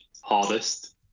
hardest